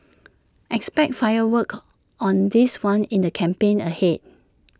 expect fireworks on this one in the campaign ahead